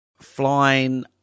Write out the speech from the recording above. flying